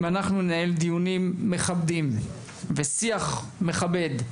אם נראה דוגמה חיובית לשיח מכבד,